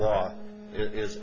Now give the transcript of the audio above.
law is